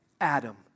Adam